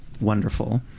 wonderful